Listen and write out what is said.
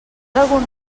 algun